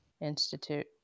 Institute